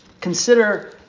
Consider